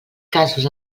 casos